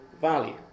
value